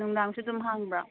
ꯅꯨꯡꯗꯥꯡꯁꯨ ꯑꯗꯨꯝ ꯍꯥꯡꯕ꯭ꯔꯥ